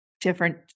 different